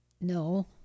No